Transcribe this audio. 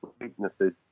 weaknesses